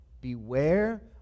Beware